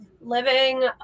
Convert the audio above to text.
living